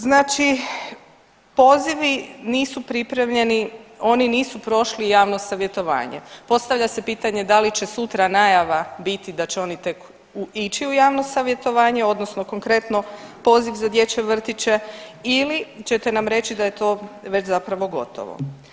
Znači pozivi nisu pripremljeni, oni nisu prošli javno savjetovanje, postavlja se pitanje da li će sutra najava biti da će oni tek ići u javno savjetovanje odnosno konkretno poziv za dječje vrtiće ili ćete nam reći da je to već zapravo gotovo.